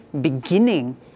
beginning